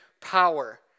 power